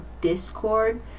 discord